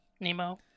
Nemo